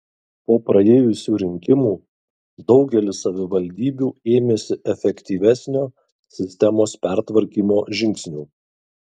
po praėjusių rinkimų daugelis savivaldybių ėmėsi efektyvesnio sistemos pertvarkymo žingsnių